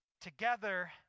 Together